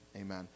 amen